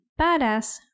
badass